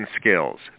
skills